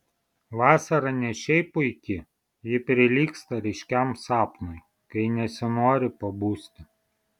vasara ne šiaip puiki ji prilygsta ryškiam sapnui kai nesinori pabusti